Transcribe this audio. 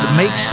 make